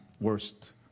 worst